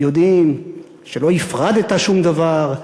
יודעים שלא הפרדת שום דבר,